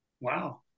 Wow